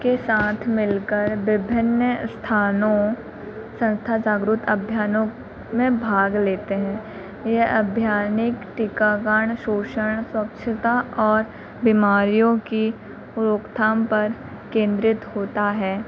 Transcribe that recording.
के साथ मिलकर विभिन्न स्थानों संस्था जागरुक अभियानों में भाग लेते हैं ये अभियानिक टीकाकरण सोशल स्वच्छता और बीमारियों की रोकथाम पर केंद्रित होता है